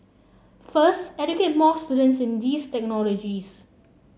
first educate more students in these technologies